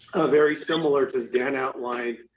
very similar to as dan outlined,